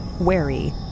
wary